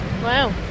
Wow